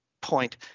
point